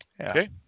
Okay